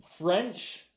French